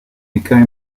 became